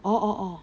orh orh orh